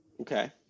Okay